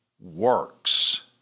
works